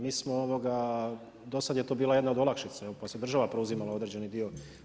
Mi smo, do sada je to bila jedna od olakšica pa je država preuzimala određeni dio.